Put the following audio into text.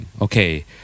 okay